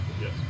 Yes